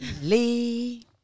Lee